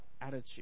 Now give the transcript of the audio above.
attitude